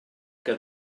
que